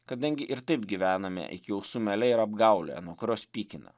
kadangi ir taip gyvename iki ausų mele ir apgaulėje nuo kurios pykina